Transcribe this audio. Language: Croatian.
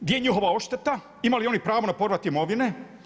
Gdje je njihova odšteta, imaju li oni pravo na povrat imovine?